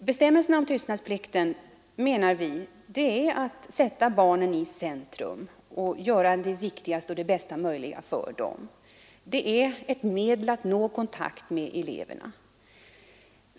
Bestämmelserna om tystnadsplikten menar vi är till för att sätta barnen i centrum och för att göra det bästa för dem. Den är ett medel att nå kontakt med eleverna.